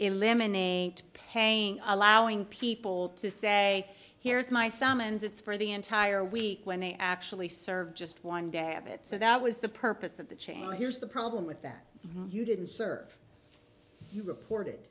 eliminate paying allowing people to say here's my summons it's for the entire week when they actually serve just one day of it so that was the purpose of the change or here's the problem with that you didn't serve you report